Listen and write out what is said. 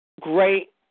great